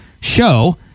Show